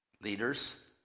leaders